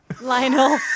Lionel